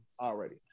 already